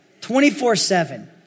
24-7